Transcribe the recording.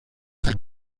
las